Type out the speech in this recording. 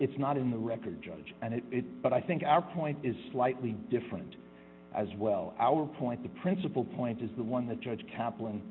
it's not in the record judge and it but i think our point is slightly different as well our point the principle point is the one the judge kapl